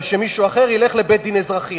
ומישהו אחר ילך לבית-דין אזרחי.